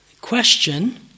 Question